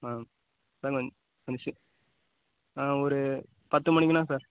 sir கொஞ் கொஞ்சம் ஒரு பத்து மணிக்கெலாம் சார்